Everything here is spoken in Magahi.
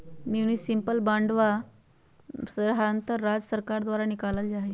म्युनिसिपल बांडवा साधारणतः राज्य सर्कार द्वारा निकाल्ल जाहई